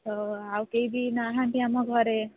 ହ ଆଉ କେହିବି ନାହାନ୍ତି ଆମ ଘରେ